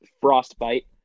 frostbite